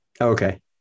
Okay